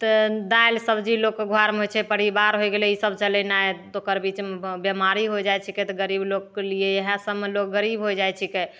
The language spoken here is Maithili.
तऽ दालि सब्जी लोगके घरमे होइत छै परिबार हो गेलै ईसब चलेनाइ ओकर बीचमे बीमारी हो जाइत छीकै तऽ गरीब लोगके लिए इएह सबमे लोग गरीब हो जाए छिकै